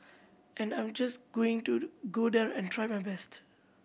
and I'm just going to go there and try my best